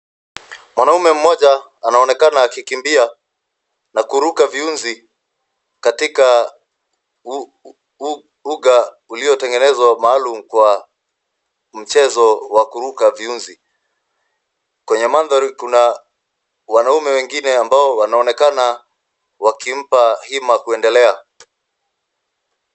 Mwanaume mmoja anaonekana akikimbia na kuruka viunzi katika uga uliotengenezwa maalum kwa mchezo wa kuruka viunzi. Kwenye mandhari kuna wanaume ambao wanaonekana wakimpa hima kuendelea,